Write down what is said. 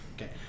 Okay